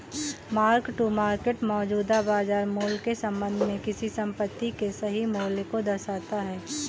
mark to market मौजूदा बाजार मूल्य के संबंध में किसी संपत्ति के सही मूल्य को दर्शाता है